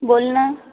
बोल ना